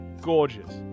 Gorgeous